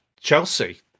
Chelsea